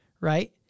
right